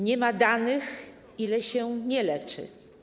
Nie ma danych, ile osób się nie leczy.